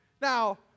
Now